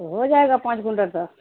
ہو جائے گا پانچ گنٹل تو